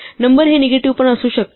number हे negative पण असू शकतात